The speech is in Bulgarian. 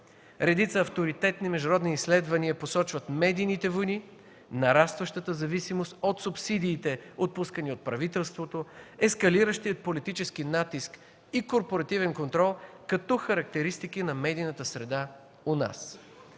Редица авторитетни международни изследвания посочват медийните войни, нарастващата зависимост от субсидиите, отпускани от правителството, ескалиращия политически натиск и корпоративен контрол като характеристики на медийната среда у нас.